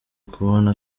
kubona